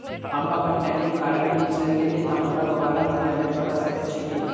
हम अप्पन ए.टी.एम कार्डक पिन बिसैर गेलियै तऽ हमरा दोबारा पिन जेनरेट कऽ सकैत छी की?